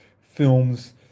films